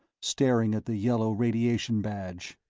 staring at the yellow radiation badge.